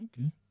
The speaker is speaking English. Okay